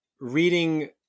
reading